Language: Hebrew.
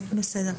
בסדר.